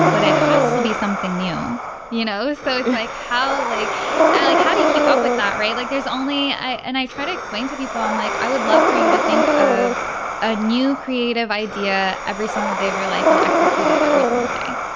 but it has to be something new you know. so it's like how like like how do you keep up with that right. like there's only i and i try to explain to people i'm like i would love for you to think of a new creative idea every single day of your life and execute it every single day.